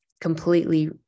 completely